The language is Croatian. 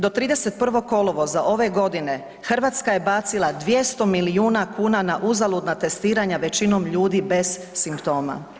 Do 31. kolovoza ove godine Hrvatska je bacila 200 milijuna kuna na uzaludna testiranja većinom ljudi bez simptoma.